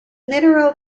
mineral